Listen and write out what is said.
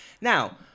Now